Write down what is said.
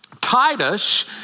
Titus